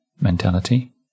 mentality